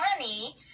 money